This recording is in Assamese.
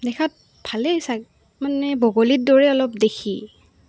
দেখাত ভালেই চাগৈ মানে বগলীৰ দৰেই অলপ দেখি